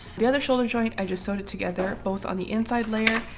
the other shoulder joint i just sewed it together both on the inside layer